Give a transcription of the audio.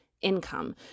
income